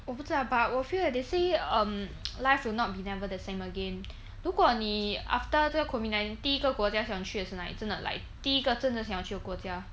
我不知道 lah but 我 feel that they say um life will not be never the same again 如果你 after 这个 covid nineteen 第一个国家想去的是哪里真的 like 第一个真的想要去的国家